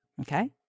Okay